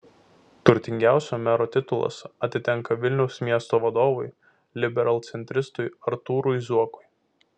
turtingiausio mero titulas atitenka vilniaus miesto vadovui liberalcentristui artūrui zuokui